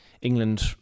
England